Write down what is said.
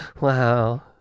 Wow